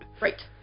right